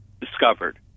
discovered